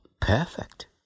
perfect